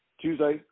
Tuesday